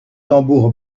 tambour